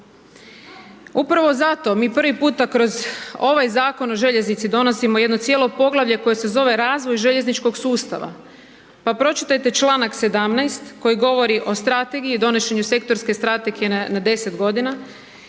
Upravo zato mi prvi puta kroz ovaj Zakon o željeznici donosimo jedno cijelo poglavlje koje se zove Razvoj željezničkog sustava. Pa pročitajte članak 17. koji govori o strategiji donošenju sektorske strategije na 10 godina